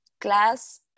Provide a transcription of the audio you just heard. class